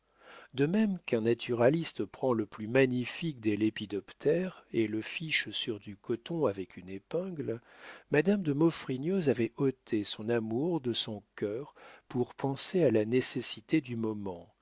de même qu'un naturaliste prend le plus magnifique des lépidoptères et le fiche sur du coton avec une épingle madame de maufrigneuse avait ôté son amour de son cœur pour penser à la nécessité du moment